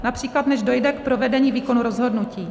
Například než dojde k provedení výkonu rozhodnutí.